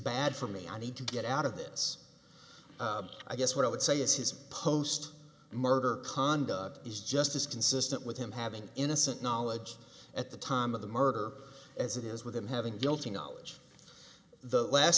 bad for me i need to get out of this i guess what i would say is his post murderer conda is just as consistent with him having innocent knowledge at the time of the murder as it is with him having guilty knowledge the last